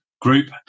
group